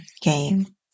game